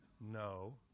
No